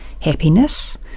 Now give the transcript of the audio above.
happiness